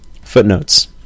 Footnotes